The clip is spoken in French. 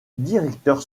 directeur